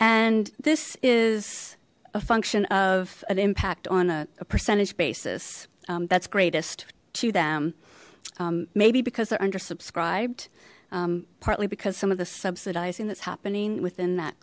and this is a function of an impact on a percentage basis that's greatest to them maybe because they're undersubscribed partly because some of the subsidizing that's happening within that